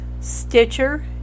Stitcher